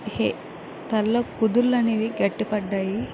హె తల్లో కుదుళ్ళు అనేవి గట్టి పడ్డాయి